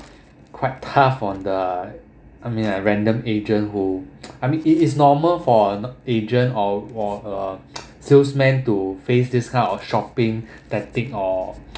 quite tough on the I mean I random agent who I mean it is normal for agent or or a salesman to face this kind of shopping tactic or